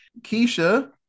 Keisha